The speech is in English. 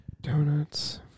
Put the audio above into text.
Donuts